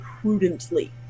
prudently